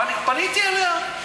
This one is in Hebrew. פניתי אליה,